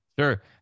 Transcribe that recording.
Sure